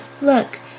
look